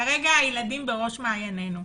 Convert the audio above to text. כרגע הילדים בראש מעיננו.